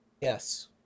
Yes